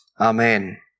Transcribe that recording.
Amen